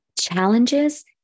Challenges